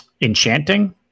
enchanting